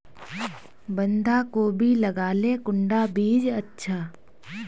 बंधाकोबी लगाले कुंडा बीज अच्छा?